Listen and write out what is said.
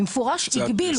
במפורש הגבילו.